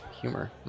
humor